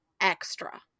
extra